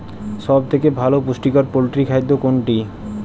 সব থেকে ভালো পুষ্টিকর পোল্ট্রী খাদ্য কোনটি?